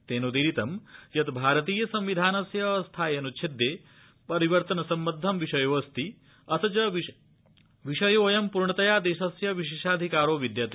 तेनादीरितं यत् भारतीय संविधानस्य अस्थायि अनुच्छेदे परिवर्तन सम्बद्ध विषयोऽस्ति अथ च विषयोऽयं पूर्णतया देशस्य विशेशाधिकारो विद्यते